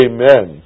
Amen